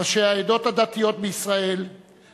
ראשי העדות הדתיות בישראל,